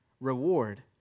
reward